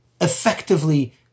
effectively